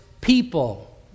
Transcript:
people